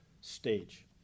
stage